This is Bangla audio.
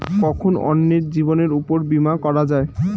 কখন অন্যের জীবনের উপর বীমা করা যায়?